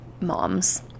moms